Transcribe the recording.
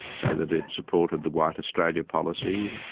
so that it supported the white australia policy,